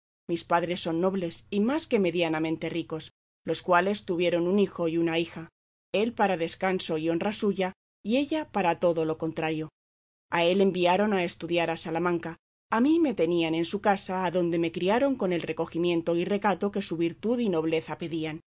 mis padres son nobles y más que medianamente ricos los cuales tuvieron un hijo y una hija él para descanso y honra suya y ella para todo lo contrario a él enviaron a estudiar a salamanca a mí me tenían en su casa adonde me criaban con el recogimiento y recato que su virtud y nobleza pedían